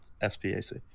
s-p-a-c